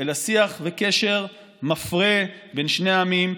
אלא שיח וקשר מפרה בין שני עמים,